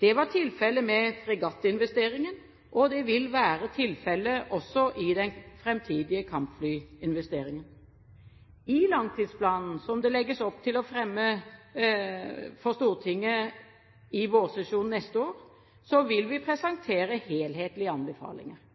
Det var tilfellet med fregattinvesteringen, og det vil være tilfellet også i den framtidige kampflyinvesteringen. I langtidsplanen, som det legges opp til å fremme for Stortinget i vårsesjonen neste år, vil vi presentere helhetlige anbefalinger.